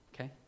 Okay